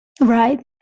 Right